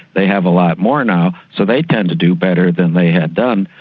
they have a lot more now, so they tend to do better than they had done.